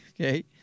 okay